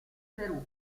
perù